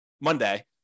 monday